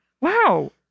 wow